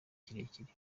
kirekire